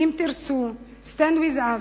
"אם תרצו", "Stand With Us",